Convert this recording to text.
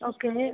okay